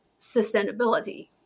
sustainability